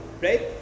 right